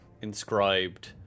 inscribed